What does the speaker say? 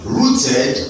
rooted